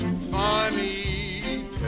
funny